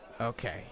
Okay